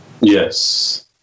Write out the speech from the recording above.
Yes